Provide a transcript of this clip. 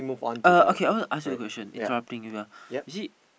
uh okay I want to ask you a question interrupting you ah you see